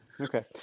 Okay